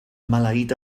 maleït